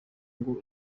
ngo